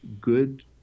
good